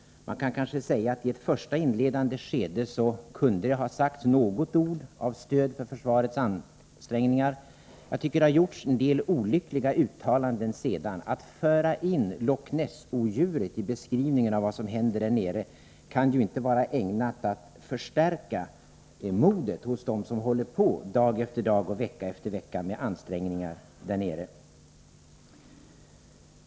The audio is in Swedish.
Man kan kanske säga att det i ett första inledande skede kunde ha sagts något ord av stöd för försvarets ansträngningar. Jag tycker att det sedan har gjorts en del olyckliga uttalanden. Att föra in Loch Ness-odjuret i beskrivningen av vad som händer i Karlskrona kan ju inte vara ägnat att förstärka modet hos dem som fortsätter dag efter dag och vecka efter vecka med ansträngningar där nere.